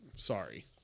Sorry